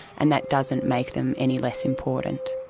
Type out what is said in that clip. and that doesn't make them any less important.